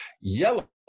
Yellow